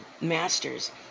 masters